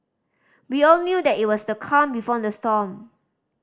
we all knew that it was the calm before the storm